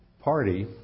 party